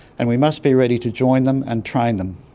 and we must be ready to join them and train them.